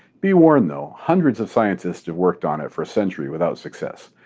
be warned though, hundreds of scientists have worked on it for a century, without success.